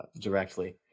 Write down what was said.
directly